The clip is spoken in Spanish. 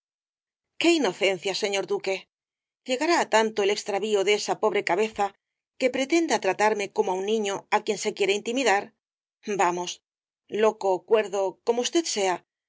qué inocencia señor duque llegará á tanto el extravío de esa pobre cabeza que pretenda tratarrosalía de castro me como á un niño á quien se quiere intimidar vamos loco ó cuerdo como usted sea